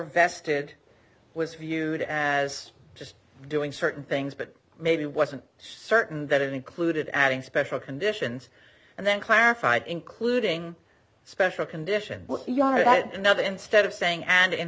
vested was viewed as just doing certain things but maybe wasn't certain that it included adding special conditions and then clarified including special condition that another instead of saying and in